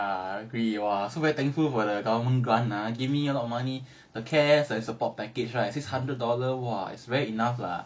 ya I agree !wah! I also very thankful for the government grant ah give me a lot of money the cares and support package right six hundred dollar !wah! it's very enough lah